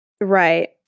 Right